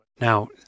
Now